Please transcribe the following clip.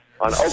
On